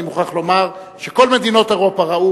אני מוכרח לומר שכל מדינות אירופה ראו